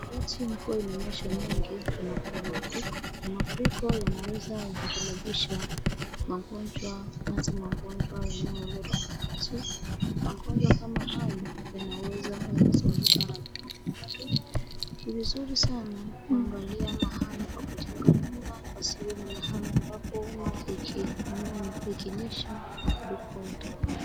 Wakati mvua inanyesha nyingi kunakuwa na mafuriko na mafuriko yanaweza yakasababisha magonjwa, kwanza magonjwa yanayoletwa na maji, magonjwa kama hayo yanaweza yakasababishwa na vifo vya watu. Ni vizuri sana kuangalia mahala pa kujenga nyumba, pasion mahala ambapo maji iki mvua ikinyesha mafuriko yatakuwa.